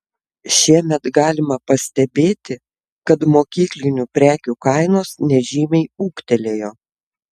šiemet galima pastebėti kad mokyklinių prekių kainos nežymiai ūgtelėjo